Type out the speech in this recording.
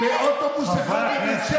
באוטובוס אחד בבית שמש?